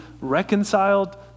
reconciled